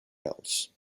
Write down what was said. else